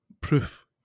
proof